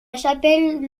chapelle